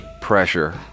pressure